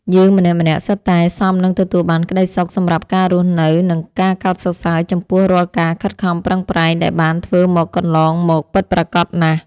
យើងម្នាក់ៗសុទ្ធតែសមនឹងទទួលបានក្ដីសុខសម្រាប់ការរស់នៅនិងការកោតសរសើរចំពោះរាល់ការខិតខំប្រឹងប្រែងដែលបានធ្វើមកកន្លងមកពិតប្រាកដណាស់។